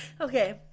okay